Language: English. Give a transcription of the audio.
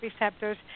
receptors